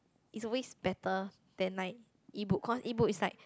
it's always better than like E book cause Ebook is like